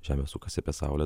žemė sukasi apie saulę